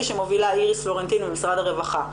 שמובילה איריס פלורנטין ממשרד הרווחה,